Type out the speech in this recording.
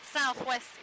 southwest